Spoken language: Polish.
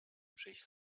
przyjść